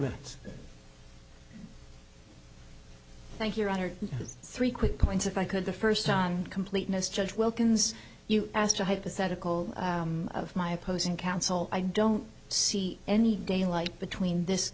minutes thank you three quick points if i could the first on completeness judge wilkins you asked a hypothetical of my opposing counsel i don't see any daylight between this